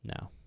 No